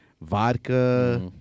vodka